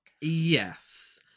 Yes